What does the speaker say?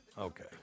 Okay